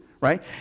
right